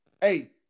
Hey